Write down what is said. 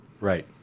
Right